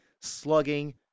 slugging